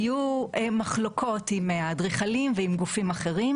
היו מחלוקות עם האדריכלים ועם גופים אחרים,